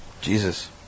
Jesus